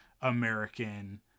American